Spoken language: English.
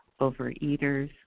overeaters